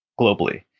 globally